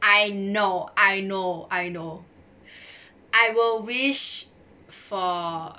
I know I know I know will wish for